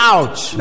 Ouch